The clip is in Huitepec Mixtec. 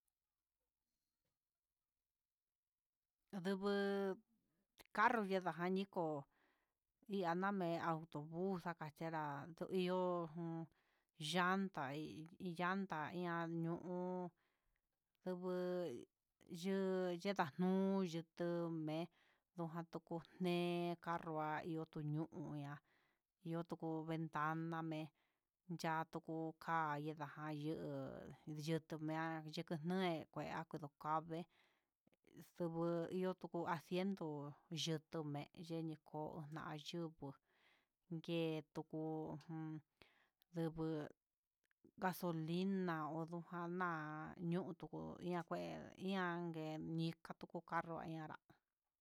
Ndubu carro nijan niko, iha name autobus nakachera tu ihó llanda y llanda iha yuu niu yuu yenda nuu, yutu me'e dujan tuku ne'ja carroa yuku niuña aname cahtuku ka'a nindayuu yutunié kua kodo ka'a vee xudu ihó yutu asiendo yutu me'e yenii koo nayubu ihé tuku ummm ndugu gasolina na ondaña nduku ihá kué ian ngue inka tuku carro ihá.